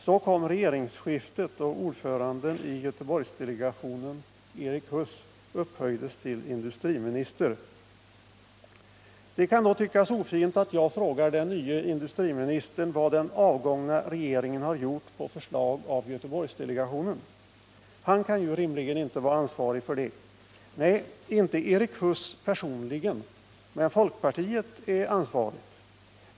Så kom regeringsskiftet, och ordföranden i Göteborgsdelegationen, Erik Huss, upphöjdes till industriminister. Det kan då tyckas ofint att jag frågar den nye industriministern vad den avgångna regeringen har gjort på förslag av Göteborgsdelegationen. Han kan ju rimligen inte vara ansvarig för det. Nej, inte Erik Huss personligen, men folkpartiet är ansvarigt.